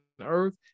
earth